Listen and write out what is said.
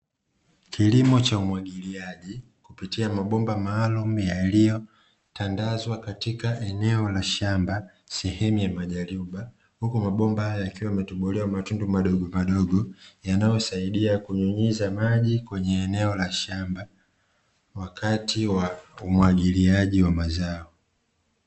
Kilimo cha umwagiliaji kupitia mabomba maalumu yaliyotandazwa katika eneo la shamba sehemu ya majaruba, huku mabomba hayo yakiwa yametobolewa matundu madogomadogo, yanayosaidia kunyunyiza kwenye eneo la shamba wakati wa umwagiliaji wa mazao.